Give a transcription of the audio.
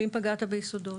ואם פגעת ביסודות,